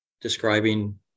describing